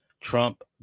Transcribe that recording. Trump